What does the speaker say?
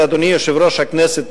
אדוני יושב-ראש הכנסת,